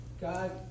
God